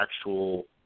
actual